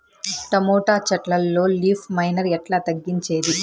Tomato చెట్లల్లో leaf miner ఎట్లా తగ్గించేది?